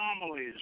anomalies